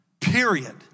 period